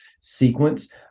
sequence